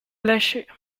lâcher